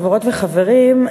חברות וחברים,